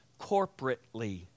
corporately